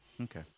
Okay